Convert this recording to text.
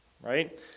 Right